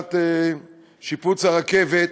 בפרשת שיפוץ הרכבת.